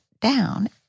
down